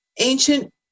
Ancient